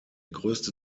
größte